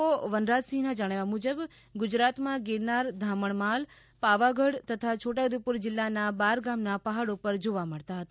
ઓ વનરાજસિંહના જણાવ્યા મુજબ ગુજરાતમાં ગીરનારધામણમાલ પાવાગઢ તથા છોટા ઉદેપુર જિલ્લાના બાર ગામના પહાડો પર જોવા મળતા હતા